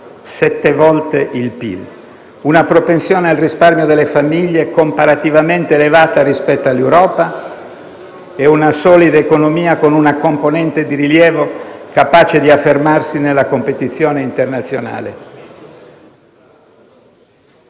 sette volte il PIL; una propensione al risparmio delle famiglie comparativamente elevata rispetto all'Europa e una solida economia con una componente di rilievo capace di affermarsi nella competizione internazionale.